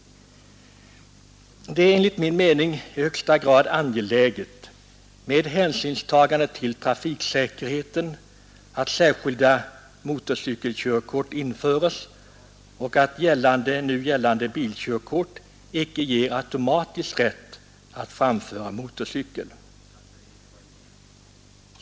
Det är enligt min mening i högsta grad angeläget med hänsyn till trafiksäkerheten att särskilda motorcykelkörkort införs och att nu gällande bilkörkort icke automatiskt ger rätt att framföra motorcykel.